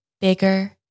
bigger